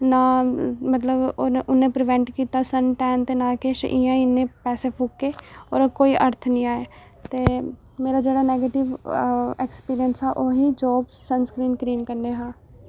ओह्दा कोई इफैक्ट निं लब्भेआ ना मतलब उन्नै प्रिवैंट कीता इयां पैसे फूके ओह् कोई अर्थ निं आए ते मेरा जेह्ड़ा नैगटिव ऐक्सपीरियंस हा ओह् हा जावस सनस्क्रीम कन्नै हा